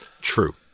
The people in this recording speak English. True